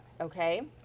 okay